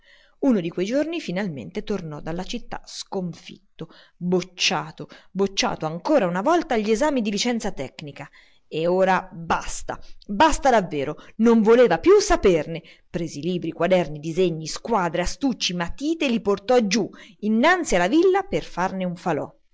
uno di quei giorni finalmente tornò dalla città sconfitto bocciato bocciato ancora una volta agli esami di licenza tecnica e ora basta basta davvero non voleva più saperne prese libri quaderni disegni squadre astucci matite e li portò giù innanzi alla villa per farne un falò